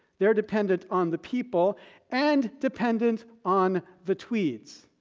they are dependent on the people and dependent on the tweeds.